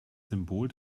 symbol